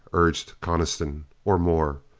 urged coniston. or more.